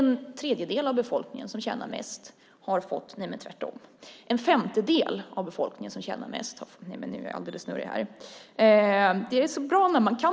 En tredjedel av jobbskatteavdraget har gått till den femtedel av befolkningen som tjänar mest.